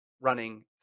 running